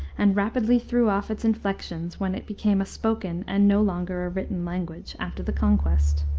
and rapidly threw off its inflections when it became a spoken and no longer a written language, after the conquest.